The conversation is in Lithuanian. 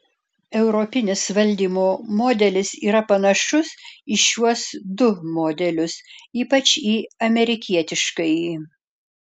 europinis valdymo modelis yra panašus į šiuos du modelius ypač į amerikietiškąjį